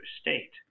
state